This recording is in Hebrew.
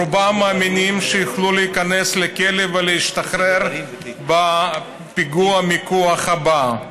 רובם מאמינים שיוכלו להיכנס לכלא ולהשתחרר בפיגוע מיקוח הבא.